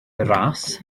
ras